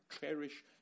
cherish